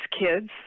kids